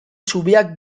zubiak